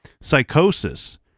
psychosis